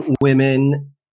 women